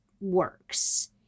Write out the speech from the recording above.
works